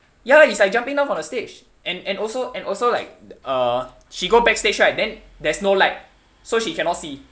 ya it's like jumping down from the stage and and also and also like uh she go backstage right then there's no light so she cannot see